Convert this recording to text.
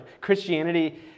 Christianity